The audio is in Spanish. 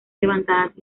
levantadas